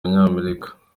banyamerika